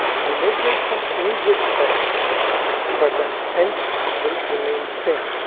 you may get some immediate effects but the end will remain same.